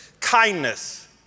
Kindness